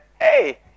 hey